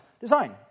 design